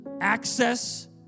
Access